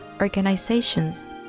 organizations